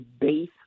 base